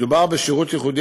מדובר בשירות ייחודי,